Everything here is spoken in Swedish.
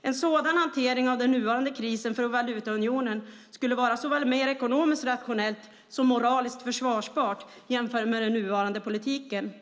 En sådan hantering av den nuvarande krisen för valutaunionen skulle vara såväl mer ekonomiskt rationell som moraliskt försvarbar jämfört med den nuvarande politiken.